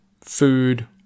food